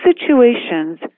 situations